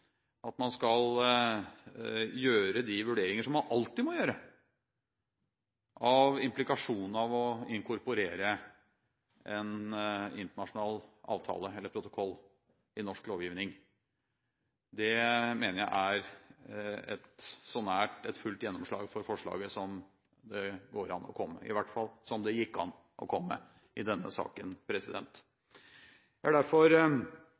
at man med en konkret tidsfrist skal gjøre de vurderinger som man alltid må gjøre av implikasjonen av å inkorporere en internasjonal protokoll i norsk lovgivning, mener jeg er så nært et fullt gjennomslag for forslaget som det går an å komme – i hvert fall som det gikk an å komme i denne saken. Jeg er derfor